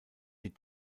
die